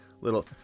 little